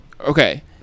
okay